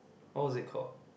what was it called